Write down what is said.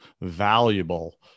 valuable